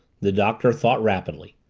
the doctor thought rapidly.